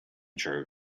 true